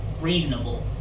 reasonable